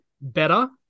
better